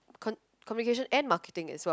con~ communication and marketing as well